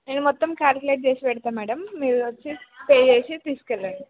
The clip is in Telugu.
ఇవి మొత్తం క్యాలిక్యులేట్ చేసి పెడతాను మేడం మీరు వచ్చేసి పే చేసి తీసుకెళ్ళండి